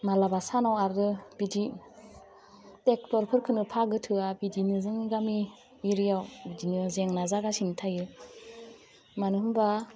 मालाबा सानाव आरो बिदि टेक्टरफोरखौनो बाहागो थोआ बिदिनो जोंनि गामि एरियाव बिदिनो जेंना जागासिनो थायो मानो होमबा